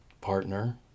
partner